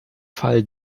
fall